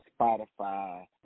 Spotify